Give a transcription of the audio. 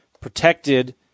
protected